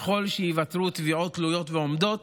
וככל שייוותרו תביעות תלויות ועומדות